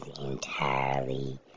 entirely